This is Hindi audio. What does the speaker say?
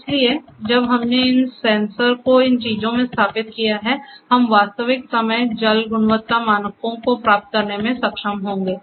इसलिए जब हमने इन सेंसर को इन चीजों में स्थापित किया है हम वास्तविक समय जल गुणवत्ता मानकों को प्राप्त करने में सक्षम होंगे